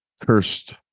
cursed